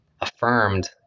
affirmed